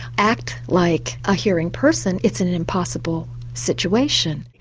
act like a hearing person it's an impossible situation.